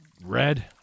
Red